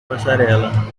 passarela